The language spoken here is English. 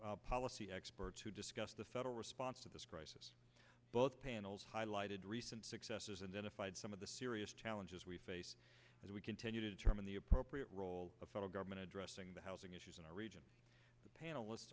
federal policy experts who discussed the federal response to this crisis both panels highlighted recent successes and then to find some of the serious challenges we face as we continue to determine the appropriate role of federal government addressing the housing issues in our region panelists